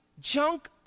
junk